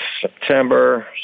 September